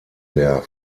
der